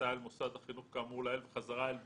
הסעה אל מוסד חינוך כאמור לעיל וחזרה או אל ביתו".